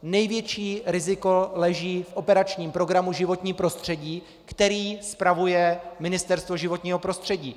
Největší riziko leží v operačním programu Životní prostředí, který spravuje Ministerstvo životního prostředí.